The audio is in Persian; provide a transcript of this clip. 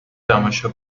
تماشا